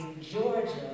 Georgia